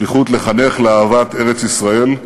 שליחות לחנך לאהבת ארץ-ישראל,